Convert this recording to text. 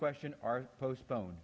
question are postpone